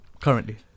currently